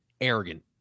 arrogant